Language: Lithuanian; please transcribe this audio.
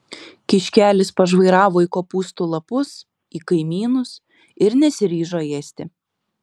kiškelis pažvairavo į kopūstų lapus į kaimynus ir nesiryžo ėsti